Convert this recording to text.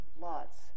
lots